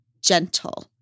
gentle